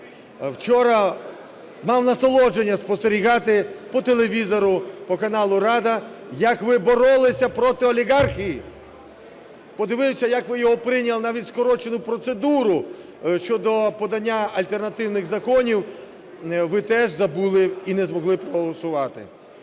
Вчора нам в насолодження спостерігати по телевізору, по каналу "Рада", як ви боролися проти олігархії. Подивилися, як ви його прийняли, навіть скорочену процедуру щодо подання альтернативних законів ви теж забули і не змогли проголосувати.